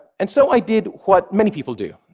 and so i did what many people do.